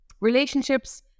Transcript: relationships